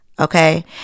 okay